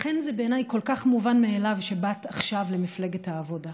לכן זה בעיניי כל כך מובן מאליו שבאת עכשיו למפלגת העבודה,